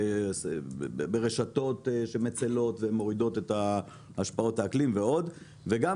ברשתות שמצלות ומורידות את ההשפעות האקלים ועוד וגם